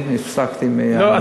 לא,